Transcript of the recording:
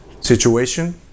situation